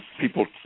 people